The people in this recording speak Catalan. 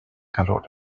calor